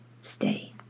stay